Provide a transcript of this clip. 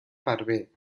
berber